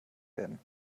werden